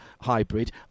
hybrid